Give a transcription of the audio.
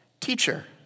Teacher